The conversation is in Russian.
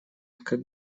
как